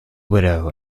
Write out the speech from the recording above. widow